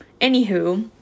anywho